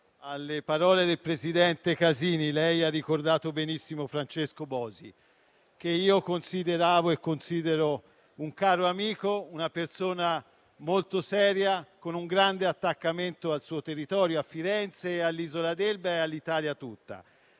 alle parole del presidente Casini, che ha ricordato benissimo Francesco Bosi, che consideravo e considero un caro amico, una persona molto seria, con un grande attaccamento al suo territorio, a Firenze, all'isola d'Elba e all'Italia tutta;